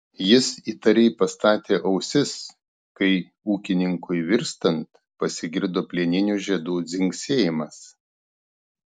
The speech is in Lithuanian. jis įtariai pastatė ausis kai ūkininkui virstant pasigirdo plieninių žiedų dzingsėjimas